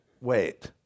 wait